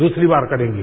द्रसरी बार करेंगे